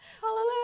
Hallelujah